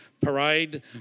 parade